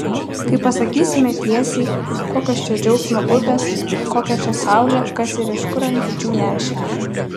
kai pasakysime tiesiai kokios čia džiaugsmo upės kokią čia saulę kas ir iš kur ant pečių nešė